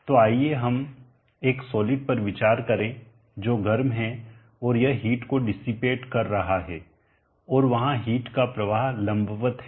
तो आइए हम एक सॉलिड पर विचार करें जो गर्म है और यह हिट को डिसीपेट कर रहा है और वहां हिट का प्रवाह लंबवत है